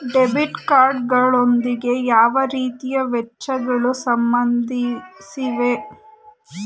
Debit card ಗಳೊಂದಿಗೆ ಯಾವ ರೀತಿಯ ವೆಚ್ಚಗಳು ಸಂಬಂಧಿಸಿವೆ?